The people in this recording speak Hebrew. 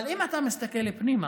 אבל אם אתה מסתכל פנימה,